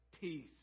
peace